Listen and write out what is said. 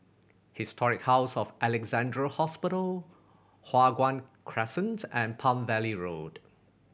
Historic House of Alexandra Hospital Hua Guan Crescents and Palm Valley Road